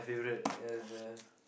ya sia